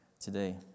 today